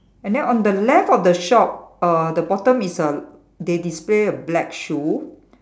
and then on the left of the shop uh the bottom is a they display a black shoe